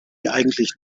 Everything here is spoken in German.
eigentlich